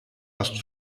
osten